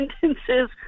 sentences